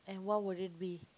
and what would it be